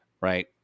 Right